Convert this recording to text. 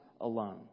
alone